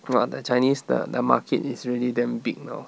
!wah! the chinese the the market is really damn big know